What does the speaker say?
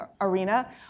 arena